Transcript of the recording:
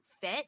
fit